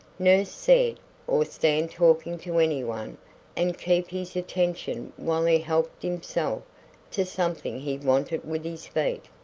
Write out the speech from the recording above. nurse said or stand talking to any one and keep his attention while he helped himself to something he wanted with his feet.